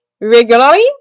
Regularly